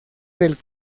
del